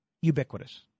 ubiquitous